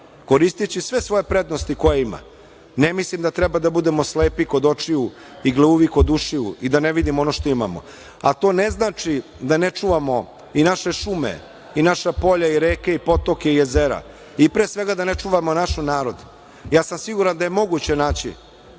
koristeći sve svoje prednosti koje ima. Ne mislim da treba da budemo slepi kod očiju i gluvi kod ušiju i da ne vidimo ono što imamo, a to ne znači da ne čuvamo i naše šume i naša polja i reke i potoke i jezera i pre svega da ne čuvamo naš narod. Ja sam siguran da je moguće naći